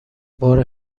بار